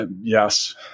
Yes